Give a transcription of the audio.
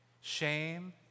Shame